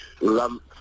lump